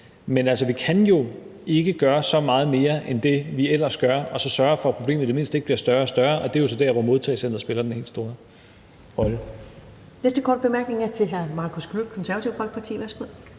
Men altså, vi kan jo ikke gøre så meget mere end det, vi ellers gør, og så kan vi sørge for, at problemet i det mindste ikke bliver større og større. Og det er jo så der, hvor modtagecenteret spiller den helt store rolle.